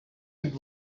its